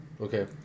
Okay